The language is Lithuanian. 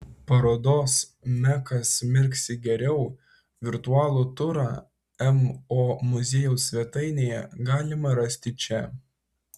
parodos mekas mirksi geriau virtualų turą mo muziejaus svetainėje galima rasti čia